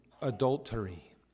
adultery